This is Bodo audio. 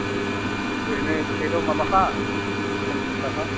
ओरैनो ओरैनो प्लेटाव माबाखा पन्सास ताका